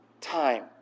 time